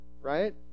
right